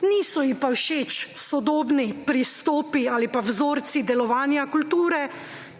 Niso ji pa všeč sodobni pristopi ali pa vzorci delovanja kulture,